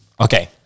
Okay